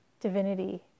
divinity